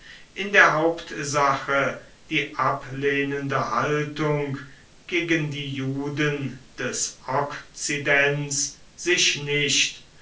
in der hauptsache die ablehnende haltung gegen die juden des okzidents sich nicht